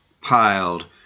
piled